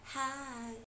hi